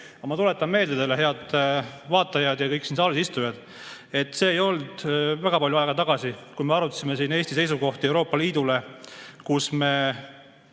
oli. Ma tuletan meelde teile, head vaatajad ja kõik siin saalis istujad, et see ei olnud väga palju aega tagasi, kui me arutasime siin Eesti seisukohti Euroopa Liidule. Osa